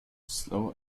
slow